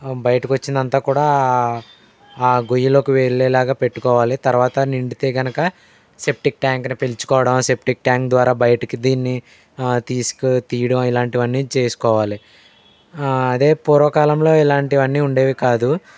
బయటకు వచ్చిందంతా కూడా ఆ గొయ్యలోకి వెళ్ళే లాగా పెట్టుకోవాలి తర్వాత నిండితే కనుక సెప్టిక్ ట్యాంక్ను పిలుచుకోవడం సెప్టిక్ ట్యాంక్ ద్వారా బయటకు దీన్ని తీసుకు తీయడం ఇలాంటివన్నీ చేసుకోవాలి అదే పూర్వకాలంలో ఇలాంటివన్నీ ఉండేవి కాదు